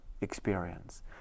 experience